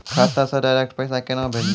खाता से डायरेक्ट पैसा केना भेजबै?